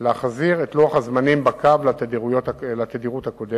להחזיר את לוח הזמנים בקו לתדירות הקודמת.